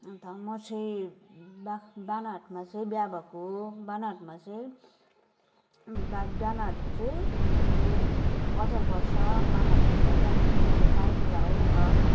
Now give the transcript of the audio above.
अन्त म चाहिँ बाख बानरहाटमा चाहिँ बिहा भएको हो बानरहाटमा चाहिँ बा बानरहाट चाहिँ हाम्रो बजार पर्छ बानरहाटभित्र चाहिँ मेरो कायबोला हो घर